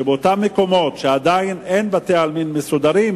שבאותם מקומות שעדיין אין בהם בתי-עלמין מסודרים,